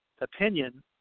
opinion